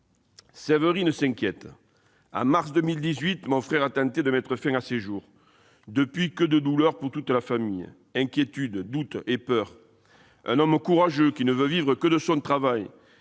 Séverine s'inquiète :« En mars 2018, mon frère a tenté de mettre fin à ses jours. Depuis, que de douleurs pour toute la famille : inquiétude, doute et peur ... C'est un homme courageux qui ne peut vivre de son travail.